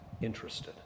interested